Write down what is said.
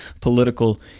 political